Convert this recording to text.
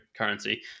Currency